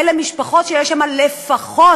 אלה משפחות שיש בהן לפחות